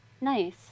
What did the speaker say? Nice